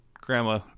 Grandma